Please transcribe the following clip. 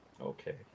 Okay